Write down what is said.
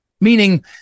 Meaning